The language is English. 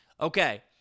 Okay